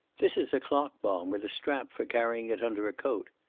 this is a clock-bomb with a strap for carrying it under a coat.